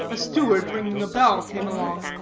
a steward ringing a bell came along,